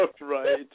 Right